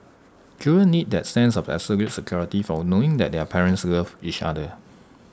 children need that sense of absolute security from knowing that their parents love each other